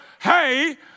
hey